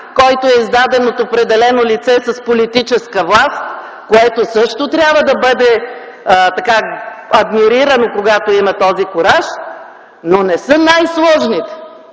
който е издаден от определено лице с политическа власт, което също трябва да бъде адмирирано, когато има този кураж. Но не са най-сложните,